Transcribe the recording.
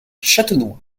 châtenois